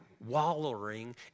wallowing